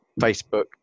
Facebook